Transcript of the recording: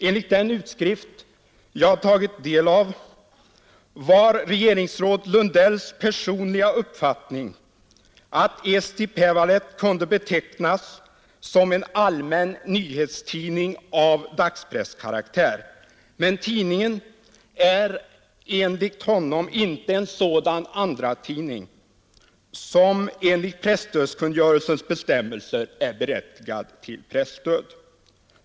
Enligt den utskrift jag tagit del av var regeringsrådet Lundells personliga uppfattning att Eesti Päevaleht kunde betecknas som en allmän nyhetstidning av dagspresskaraktär. Men tidningen är enligt honom inte en sådan andratidning som enligt presstödskungörelsens bestämmelser är berättigad till presstöd.